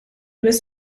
was